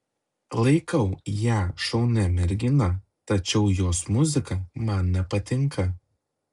laikau ją šaunia mergina tačiau jos muzika man nepatinka